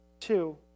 Two